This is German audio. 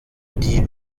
die